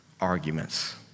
arguments